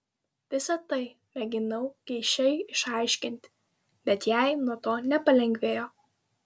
visa tai mėginau geišai išaiškinti bet jai nuo to nepalengvėjo